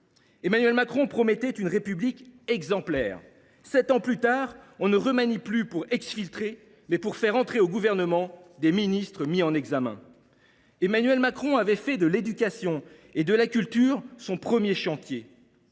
Emmanuel Macron promettait « une République exemplaire ». Sept ans plus tard, on remanie non plus pour exfiltrer, mais pour faire entrer au Gouvernement des ministres mis en examen ! Emmanuel Macron avait fait de l’éducation et de la culture son premier chantier.